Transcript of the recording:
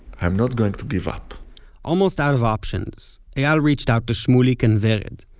i'm not going to give up almost out of options, eyal reached out to shmulik and vered,